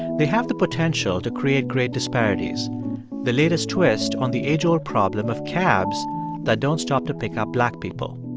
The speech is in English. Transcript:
they have the potential to create great disparities the latest twist on the age-old problem of cabs that don't stop to pick up black people